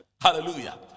hallelujah